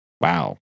wow